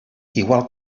igual